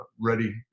ready